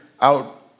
out